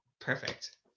Perfect